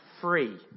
free